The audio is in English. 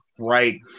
right